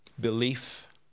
belief